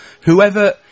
whoever